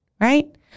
right